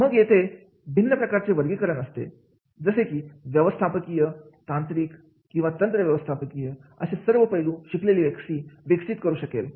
मग येते भिन्न प्रकारचे वर्गीकरण असते जसे की व्यवस्थापकीय तांत्रिक किंवा तंत्र व्यवस्थापकीय असे सर्व पैलू शिकलेली व्यक्ती विकसित करू शकेल